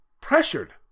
Pressured